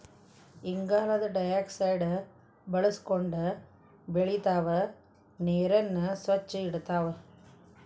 ಇಂಗಾಲದ ಡೈಆಕ್ಸೈಡ್ ಬಳಸಕೊಂಡ ಬೆಳಿತಾವ ನೇರನ್ನ ಸ್ವಚ್ಛ ಇಡತಾವ